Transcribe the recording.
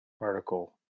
article